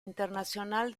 internacional